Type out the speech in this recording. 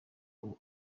uwo